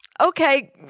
Okay